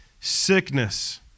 sickness